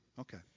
Okay